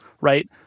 right